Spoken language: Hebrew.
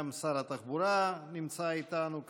גם שר התחבורה נמצא איתנו כאן,